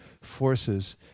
forces